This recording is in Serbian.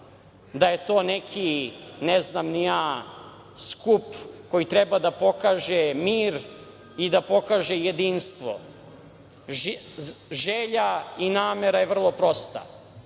da je to neki ne znam ni ja skup koji treba da pokaže mir i da pokaže jedinstvo. Želja i namera je vrlo prosta.